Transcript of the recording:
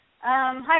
Hi